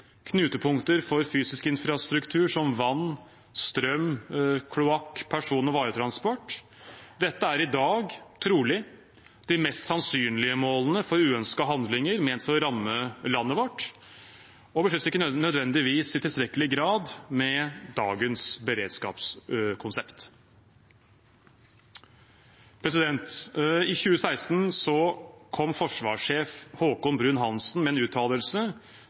knutepunkter for fysisk infrastruktur som vann, strøm, kloakk og person- og varetransport. Dette er i dag trolig de mest sannsynlige målene for uønskede handlinger ment for å ramme landet vårt og beskyttes ikke nødvendigvis i tilstrekkelig grad med dagens beredskapskonsept. I 2016 kom forsvarssjef Haakon Bruun-Hanssen med en uttalelse